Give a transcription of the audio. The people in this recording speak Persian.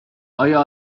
آیا